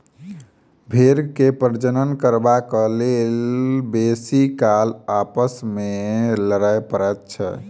भेंड़ के प्रजनन करबाक लेल बेसी काल आपस मे लड़य पड़ैत छै